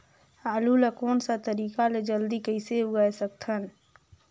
आलू ला कोन सा तरीका ले जल्दी कइसे उगाय सकथन?